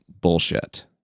bullshit